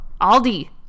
aldi